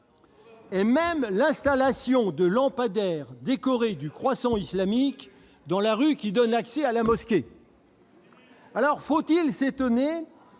et même l'installation de lampadaires décorés du croissant islamique dans la rue qui donne accès à la mosquée ! Ça suffit ! Alors, faut-il s'étonner